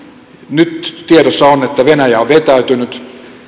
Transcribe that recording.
nyt tiedossa on että venäjä on vetäytynyt